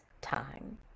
time